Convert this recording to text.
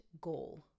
goal